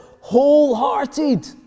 Wholehearted